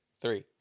Three